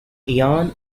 ian